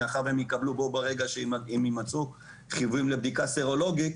מאחר שברגע שהם יימצאו חיוביים לבדיקה סרולוגית,